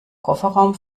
kofferraum